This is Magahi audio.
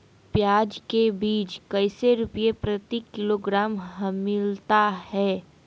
प्याज के बीज कैसे रुपए प्रति किलोग्राम हमिलता हैं?